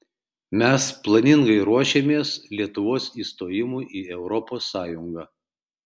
mes planingai ruošėmės lietuvos įstojimui į europos sąjungą